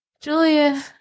Julia